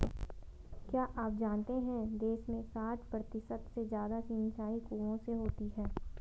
क्या आप जानते है देश में साठ प्रतिशत से ज़्यादा सिंचाई कुओं से होती है?